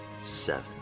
seven